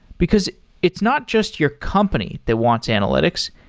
because it's not just your company that wants analytics.